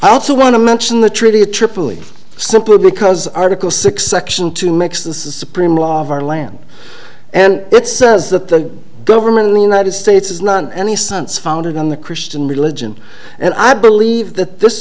also want to mention the treaty of tripoli simple because article six section two makes the supreme law of our land and it says that the government in the united states is none any sense founded on the christian religion and i believe that this